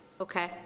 Okay